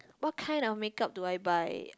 what kinds of makeup do I buy